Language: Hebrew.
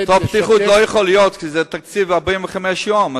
אותה פתיחות לא יכולה להיות כשזה תקציב בתוך 45 יום.